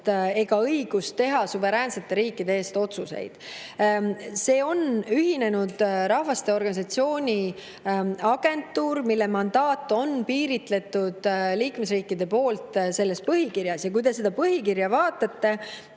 ega õigust teha suveräänsete riikide eest otsuseid. See on Ühinenud Rahvaste Organisatsiooni agentuur, mille mandaat on piiritletud liikmesriikide poolt selle põhikirjas. Kui te seda põhikirja vaatate,